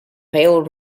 pale